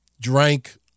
drank